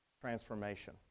transformation